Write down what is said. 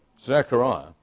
Zechariah